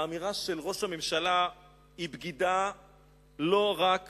האמירה של ראש הממשלה היא בגידה לא רק